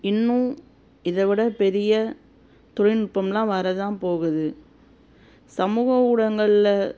இன்னும் இதை விட பெரிய தொழில்நுட்பம்லாம் வர தான் போகுது சமூக ஊடகங்களில்